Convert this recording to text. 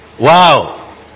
Wow